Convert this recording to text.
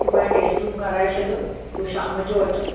सुभाणे टेस्टियूं कराए छॾियो पोइ शाम जो अचो